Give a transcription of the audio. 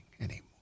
anymore